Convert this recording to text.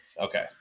Okay